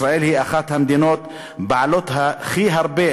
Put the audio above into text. ישראל היא אחת המדינות בעלות הכי הרבה,